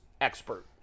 expert